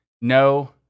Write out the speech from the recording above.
no